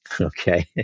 Okay